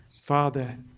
Father